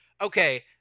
Okay